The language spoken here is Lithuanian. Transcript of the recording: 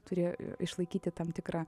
turėjo išlaikyti tam tikrą